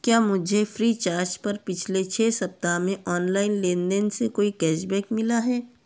क्या मुझे Freecharge पर पिछले छ सप्ताह में ऑनलाइन लेन देन से कोई केशबेक मिला है